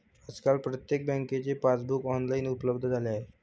आजकाल प्रत्येक बँकेचे पासबुक ऑनलाइन उपलब्ध झाले आहे